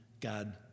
God